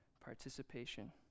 participation